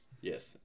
Yes